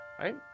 right